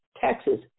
Texas